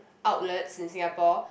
outlets in Singapore